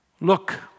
Look